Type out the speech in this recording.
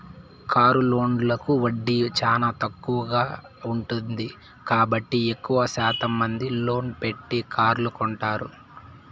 car లోన్లకు వడ్డీ చానా తక్కువగా ఉంటుంది కాబట్టి ఎక్కువ శాతం మంది లోన్ పెట్టే కార్లు కొంటారు